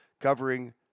covering